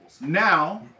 Now